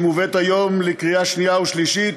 המובאת היום לקריאה שנייה ושלישית,